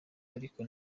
ariko